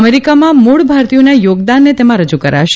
અમેરીકામાં મુળ ભારતીયોના યોગદાનને તેમાં રજુ કરાશે